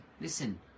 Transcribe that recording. listen